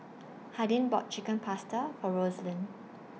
Hardin bought Chicken Pasta For Roselyn